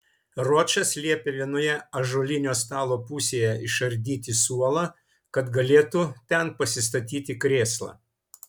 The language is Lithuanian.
ročas liepė vienoje ąžuolinio stalo pusėje išardyti suolą kad galėtų ten pasistatyti krėslą